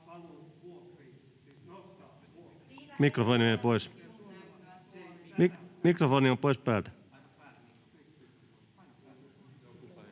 mikrofoni pois päältä.